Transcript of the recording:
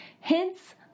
hence